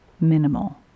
minimal